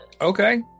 Okay